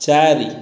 ଚାରି